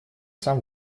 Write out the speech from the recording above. сам